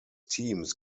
teams